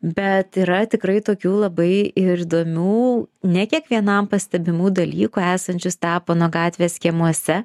bet yra tikrai tokių labai ir įdomių ne kiekvienam pastebimų dalykų esančių stepono gatvės kiemuose